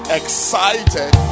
excited